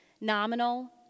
nominal